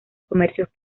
comercios